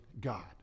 God